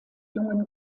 jungen